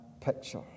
picture